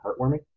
heartwarming